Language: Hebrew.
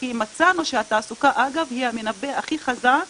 כי מצאנו שהתעסוקה היא המנבא הכי חזק